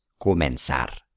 comenzar